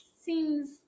seems